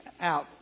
out